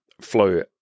flow